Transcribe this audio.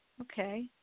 Okay